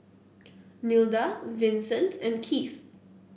Nilda Vicente and Keith